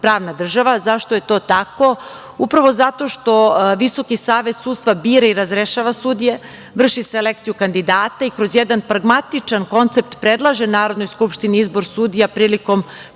pravna država. Zašto je to tako. Upravo, zato što Visoki savet sudstva bira i razrešava sudije, vrši selekciju kandidata i kroz jedan pragmatičan koncept predlaže Narodnoj skupštini izbor sudija prilikom